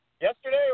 Yesterday